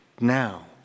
now